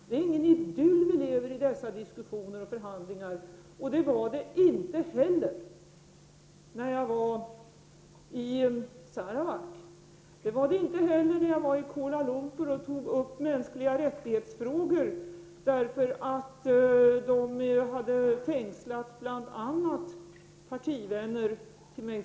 Dessa diskussioner och förhandlingar präglas inte av någon idyll, och det var det inte heller när jag var i Sarawak. Det var heller inte någon idyll när jag var i Kuala Lumpur och tog upp mänskliga rättighetsfrågor på grund av att man där hade fängslat bl.a. partivänner till mig.